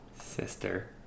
Sister